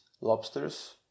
lobsters